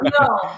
no